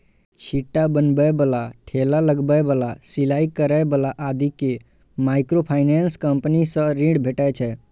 छिट्टा बनबै बला, ठेला लगबै बला, सिलाइ करै बला आदि कें माइक्रोफाइनेंस कंपनी सं ऋण भेटै छै